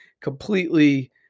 completely